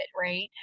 right